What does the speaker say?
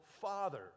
father